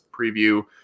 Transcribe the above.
preview